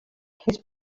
his